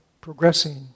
progressing